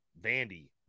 Vandy